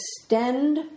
extend